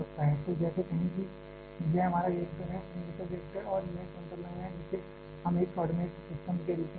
तो जैसे कहें कि यह हमारा रिएक्टर है सिलैंडरिकल रिएक्टर यह सेंट्रल लाइन है जिसे हम एक कोऑर्डिनेट सिस्टम के रूप में ले रहे हैं